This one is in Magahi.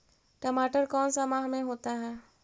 टमाटर कौन सा माह में होता है?